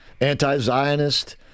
anti-Zionist—